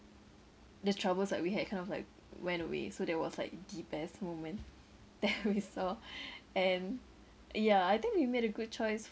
the troubles that we had kind of like went away so that was like the best moment that we saw and yeah I think we made a good choice